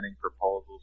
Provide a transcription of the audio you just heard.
proposals